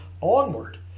onward